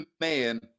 man